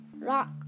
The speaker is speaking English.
Rock